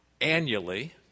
annually